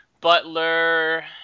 Butler